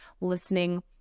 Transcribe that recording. listening